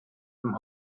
beim